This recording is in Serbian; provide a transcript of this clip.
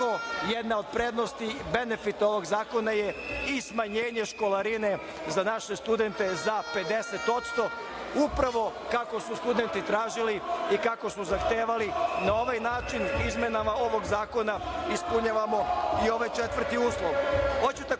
jedna od prednosti, benefita ovog zakona je i smanjenje školarine za naše studente za 50%, upravo kako su studenti tražili i kako su zahtevali. Na ovaj način izmenama ovog zakona ispunjavamo i ovaj 4. uslov. Hoću